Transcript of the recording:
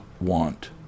want